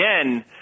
again